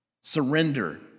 Surrender